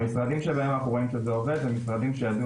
המשרדים שבהם אנחנו רואים שזה עובד הם משרדים שידעו